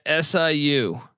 SIU